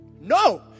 No